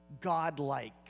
Godlike